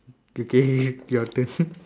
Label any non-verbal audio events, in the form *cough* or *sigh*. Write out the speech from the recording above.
~kay ~kay your turn *laughs*